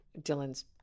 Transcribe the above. Dylan's